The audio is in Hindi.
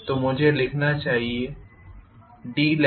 तो मुझे यह लिखना चाहिए ddtidt